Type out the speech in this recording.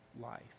life